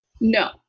no